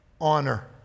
honor